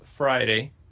Friday